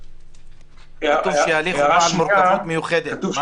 כתוב שההליך הוא בעל מורכבות מיוחדת.